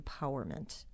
Empowerment